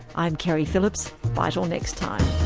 i'm keri phillips. bye till next time